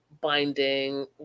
binding